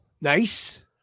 Nice